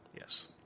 Yes